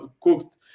cooked